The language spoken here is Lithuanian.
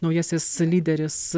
naujasis lyderis